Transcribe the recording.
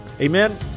Amen